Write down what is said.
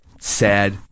sad